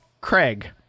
Craig